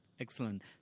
Excellent